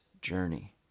journey